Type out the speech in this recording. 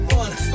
one